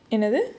என்னது:ennathu